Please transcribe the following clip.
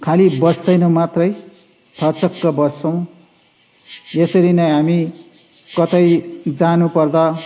खाली बस्दैन मात्रै थच्चक्क बस्छौँ यसरी नै हामी कतै जानु पर्दा